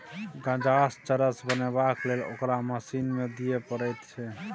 गांजासँ चरस बनेबाक लेल ओकरा मशीन मे दिए पड़ैत छै